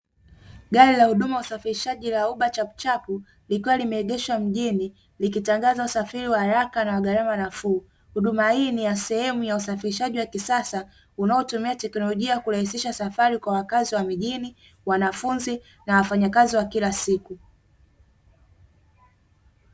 Gari la huduma usafirishaji la uba chapu chapu, lilikuwa limeegeshwa mjini, likitangaza usafiri wa haraka na gharama nafuu huduma hii ni ya sehemu ya usafirishaji wa kisasa unaotumia teknolojia kurahisisha safari kwa wakazi wa mijini wanafunzi na wafanyakazi wa kila siku.